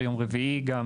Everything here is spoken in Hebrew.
ביום רביעי גם,